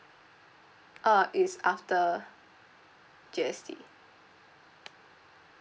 uh it's after G_S_T